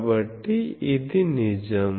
కాబట్టి ఇది నిజం